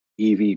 EV